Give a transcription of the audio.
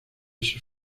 sus